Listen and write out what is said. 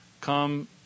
come